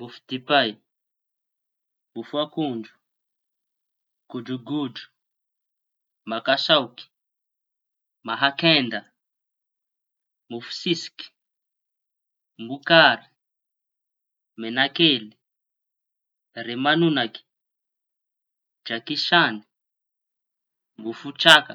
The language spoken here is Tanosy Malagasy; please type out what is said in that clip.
Mofo dipay, mofo akondro, godrogodro, makasaôky, mahakenda, mofo sisiky, mokary, meñakely, remañoñaky, jakisañy, mofo traka.